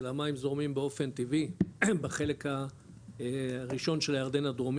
אלא מים זורמים באופן טבעי בחלק הראשון של הירדן הדרומי,